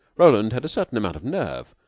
roland had a certain amount of nerve,